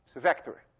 the vector.